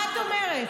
מה את אומרת?